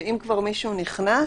שאם כבר מישהו נכנס,